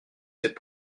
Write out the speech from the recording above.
cette